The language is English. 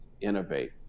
innovate